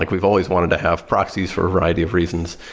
like we've always wanted to have proxies for a variety of reasons.